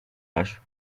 acho